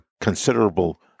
considerable